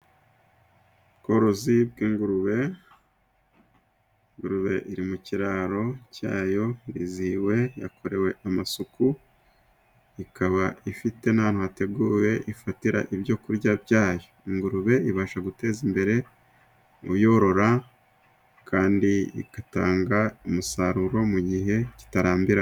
Ubworozi bw'ingurube, ingurube iri mu kiraro cyayo irizihiwe yakorewe amasuku, ikaba ifite n'ahantu hateguye ifatira ibyo kurya byayo, ingurube ibasha guteza imbere uyorora kandi igatanga umusaruro, mu gihe kitarambiranye.